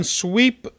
sweep